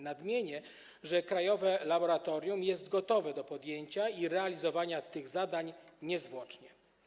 Nadmienię, że krajowe laboratorium jest gotowe do podjęcia i realizowania tych zadań niezwłocznie.